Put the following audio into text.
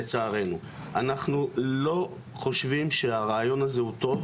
אנחנו לא חושבים שהרעיון הזה הוא טוב.